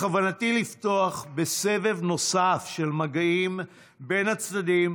בכוונתי לפתוח בסבב נוסף של מגעים בין הצדדים